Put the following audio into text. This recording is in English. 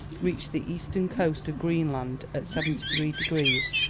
reached the eastern coast of greenland at seventy three degrees,